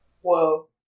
Whoa